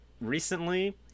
recently